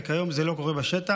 וכיום זה לא קורה בשטח.